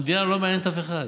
המדינה לא מעניינת אף אחד.